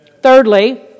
Thirdly